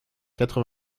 quatre